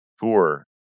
tour